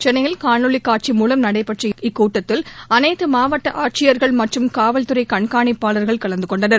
சென்னையில் காணொலி காட்சி மூலம் நடைபெற்ற இக்கூட்டத்தில் அனைத்து மாவட்ட ஆட்சியர்கள் மற்றும் காவல்துறை கண்காணிப்பாளர்கள் கலந்துகொண்டனர்